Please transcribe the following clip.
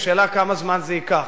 השאלה, כמה זמן זה ייקח.